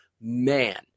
man